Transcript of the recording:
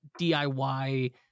DIY